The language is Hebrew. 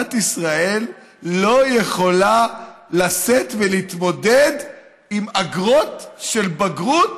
ומדינת ישראל לא יכולה לשאת ולהתמודד עם אגרות של בגרות